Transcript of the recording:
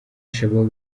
shabaab